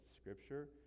Scripture